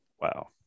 Wow